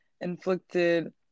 inflicted